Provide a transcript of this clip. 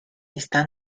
está